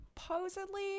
supposedly